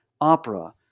opera